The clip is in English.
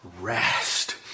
rest